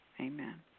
amen